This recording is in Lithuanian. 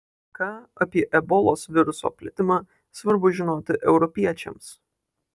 ką apie ebolos viruso plitimą svarbu žinoti europiečiams